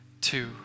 two